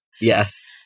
Yes